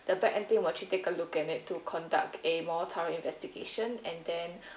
the back end team will actually take a look at it to conduct a more thorough investigation and then